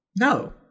No